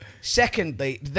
Secondly